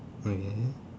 okay